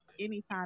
Anytime